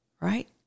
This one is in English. Right